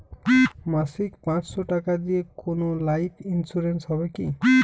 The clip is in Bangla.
মাসিক পাঁচশো টাকা দিয়ে কোনো লাইফ ইন্সুরেন্স হবে কি?